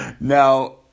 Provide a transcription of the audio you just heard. Now